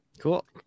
cool